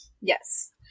Yes